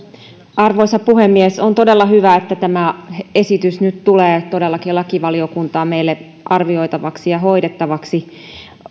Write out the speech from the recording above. arvoisa puhemies on todella hyvä että tämä esitys nyt tulee todellakin lakivaliokuntaan meille arvioitavaksi ja hoidettavaksi